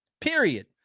Period